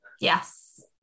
Yes